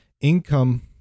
Income